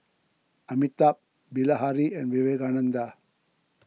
Amitabh Bilahari and Vivekananda